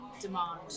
demand